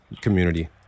community